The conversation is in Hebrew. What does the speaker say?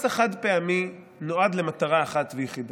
מס על חד-פעמי נועד למטרה אחת ויחידה: